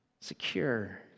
secure